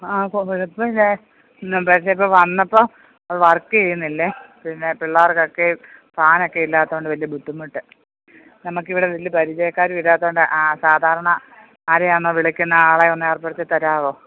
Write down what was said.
ആ കുഴപ്പമില്ല പക്ഷെ ഇപ്പം വന്നപ്പം വർക്ക് ചെയ്യുന്നില്ല പിന്നെ പിള്ളാർക്കൊക്കെ ഫാനൊക്കെ ഇല്ലാത്തത് കൊണ്ട് വലിയ ബുദ്ധിമുട്ട് നമുക്ക് ഇവിടെ വലിയ പരിചയക്കാര് ഇല്ലാത്തത് കൊണ്ട് ആ സാധാരണ ആരെയാണോ വിളിക്കുന്നത് ആളെയൊന്ന് ഏർപ്പെടുത്തി തരാവോ